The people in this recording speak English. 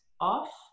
off